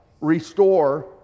restore